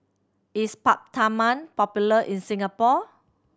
is Peptamen popular in Singapore